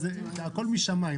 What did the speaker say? זה הכול משמים.